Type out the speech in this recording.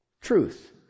truth